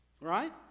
Right